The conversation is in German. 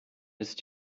ist